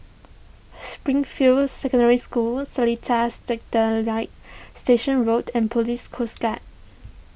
Springfield Secondary School Seletar Satellite Station Road and Police Coast Guard